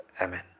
Amen